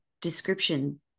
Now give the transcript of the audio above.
description